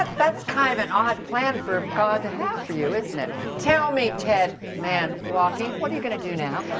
that's kind of an odd plan for good to have for you, isn't it? now, tell me, ted man walking, what are you going to do now?